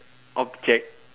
object